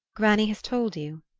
granny has told you?